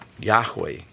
yahweh